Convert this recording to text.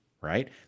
right